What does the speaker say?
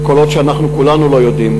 כל עוד כולנו לא יודעים,